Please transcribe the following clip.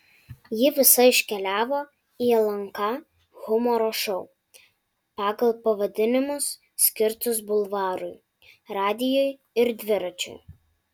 ji visa iškeliavo į lnk humoro šou pagal pavadinimus skirtus bulvarui radijui ir dviračiui